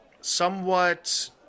somewhat